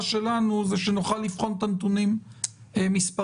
שלנו היא שנוכל לבחון את הנתונים מספרית.